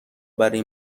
برای